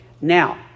now